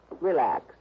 relax